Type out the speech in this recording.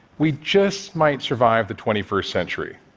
we just might survive the twenty first century.